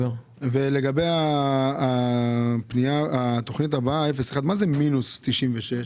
לגבי תוכנית 01, מה זה מינוס 96?